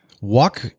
walk